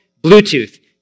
Bluetooth